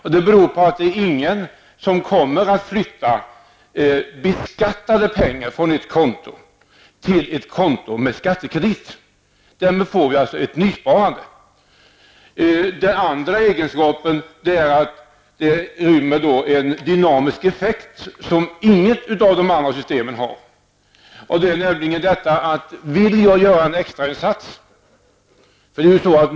Detta beror på att det inte finns någon som skulle flytta beskattade pengar från ett konto till ett annat konto med skattekredit. Därmed blir det alltså nysparande. Det andra egenskapen är att denna sparform rymmer en dynamiskt effekt som inget av de andra systemen har.